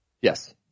Yes